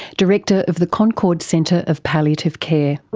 director of the concord centre of palliative care.